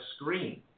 screen